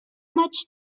much